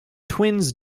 twins